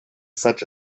such